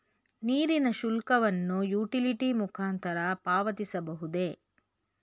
ನೀರಿನ ಶುಲ್ಕವನ್ನು ಯುಟಿಲಿಟಿ ಮುಖಾಂತರ ಪಾವತಿಸಬಹುದೇ?